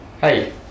Hey